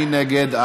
מי נגד?